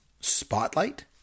Spotlight